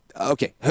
okay